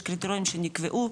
יש קריטריונים שנקבעו,